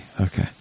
Okay